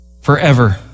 forever